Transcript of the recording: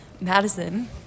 Madison